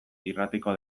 irratiko